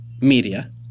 media